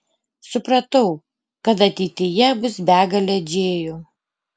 supratau kad ateityje bus begalė džėjų